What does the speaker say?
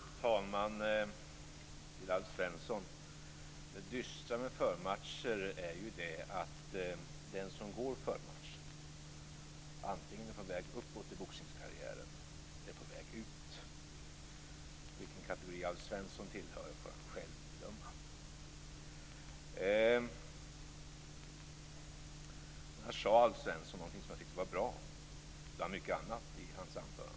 Fru talman! Till Alf Svensson vill jag säga: Det dystra med förmatcher är ju att den som går förmatchen antingen är på väg uppåt i boxningskarriären eller på väg ut. Vilken kategori Alf Svensson tillhör får han själv bedöma. Annars sade Alf Svensson något som jag tyckte var bra, och det var mycket annat i hans anförande som var bra.